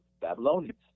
Babylonians